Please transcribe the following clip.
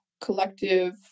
collective